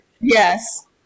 Yes